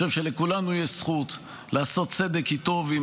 אני חושב שלכולנו יש זכות לעשות צדק איתו ועם